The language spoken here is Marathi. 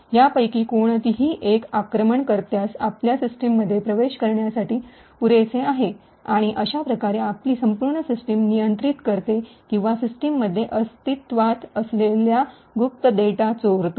यापैकी कोणतीही एक आक्रमणकर्त्यास आपल्या सिस्टममध्ये प्रवेश करण्यासाठी पुरेसे आहे आणि अशा प्रकारे आपली संपूर्ण सिस्टम नियंत्रित करते किंवा सिस्टममध्ये अस्तित्त्वात असलेला गुप्त डेटा चोरतो